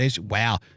Wow